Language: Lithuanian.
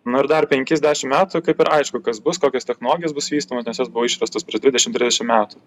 nu ir dar penkis dešim metų kaip ir aišku kas bus kokios technologijos bus vystomos nes jos buvo išrastos prieš dvidešim trišim metų